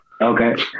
Okay